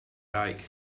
dyck